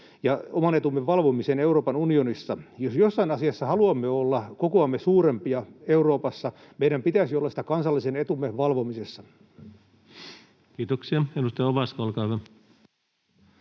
ja oman etumme valvomiseen Euroopan unionissa. Jos jossain asiassa haluamme olla kokoamme suurempia Euroopassa, meidän pitäisi olla sitä kansallisen etumme valvomisessa. [Speech 118] Speaker: